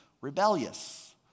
rebellious